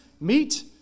meet